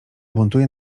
buntuje